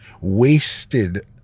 wasted